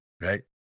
right